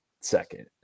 second